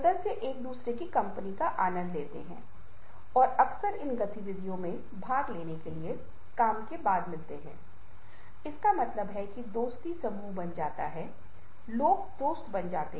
मैं जल्दी से उस पर संपर्क करूंगा और फिर हम छवियों और ग्रंथों या ठोस कविता पर फिर से आगे बढ़ेंगे